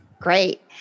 Great